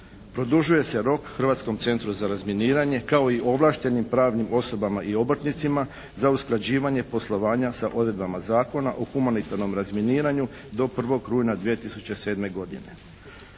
Produžuje se rok Hrvatskom centru za razminiranje kao i ovlaštenim pravnim osobama i obrtnicima za usklađivanje poslovanja sa odredbama zakona o humanitarnom razminiranju do 1. rujna 2007. godine.